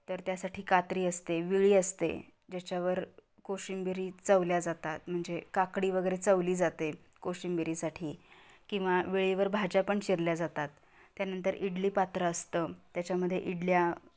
तर त्यासाठी कात्री असते विळी असते ज्याच्यावर कोशिंबिरी चवल्या जातात म्हणजे काकडी वगैरे चवली जाते कोशिंबिरीसाठी किंवा विळीवर भाज्या पण चिरल्या जातात त्यानंतर इडली पात्र असतं त्याच्यामध्ये इडल्या